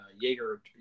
Jaeger